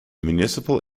municipal